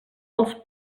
els